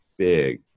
big